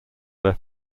their